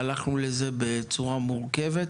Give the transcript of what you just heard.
הלכנו לזה בצורה מורכבת.